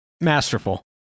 Masterful